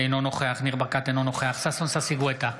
אינו נוכח ניר ברקת, אינו נוכח ששון ששי גואטה,